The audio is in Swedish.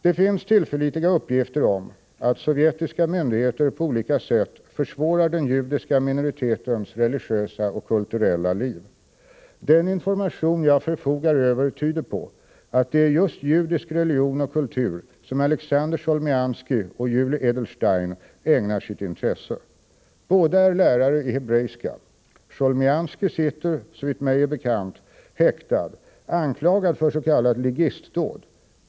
Det finns tillförlitliga uppgifter om att sovjetiska myndigheter på olika sätt försvårar den judiska minoritetens religiösa och kulturella liv. Den information jag förfogar över tyder på att det är just judisk religion och kultur som Aleksandr Cholmianskij och Julij Edelstein ägnar sitt intresse. Båda är lärare i hebreiska. Cholmianskij sitter, såvitt mig är bekant, häktad anklagad för s.k. ligistdåd.